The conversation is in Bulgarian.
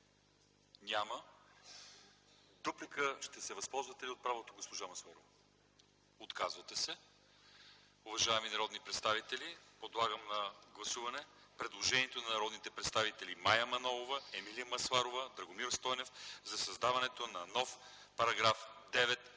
Няма. Ще се възползвате ли от правото си на дуплика, госпожо Масларова? Отказвате се. Уважаеми народни представители, подлагам на гласуване предложението на народните представители Мая Манолова, Емилия Масларова и Драгомир Стойнев за създаването на нов § 9а,